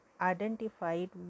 identified